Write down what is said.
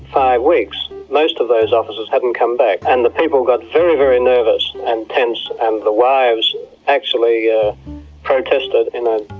five weeks most of those officers hadn't come back, and the people got very, very nervous and tense, and the wives actually yeah protested. ah